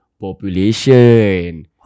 population